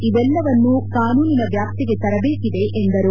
ಇವೆಲ್ಲಾವನ್ನು ಕಾನೂನಿನ ವ್ಯಾಪ್ತಿಗೆ ತರಬೇಕಿದೆ ಎಂದರು